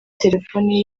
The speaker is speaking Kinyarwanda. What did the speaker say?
telefoni